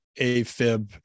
AFib